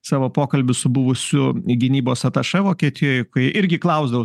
savo pokalbius su buvusiu gynybos atašė vokietijoj kai irgi klausdavau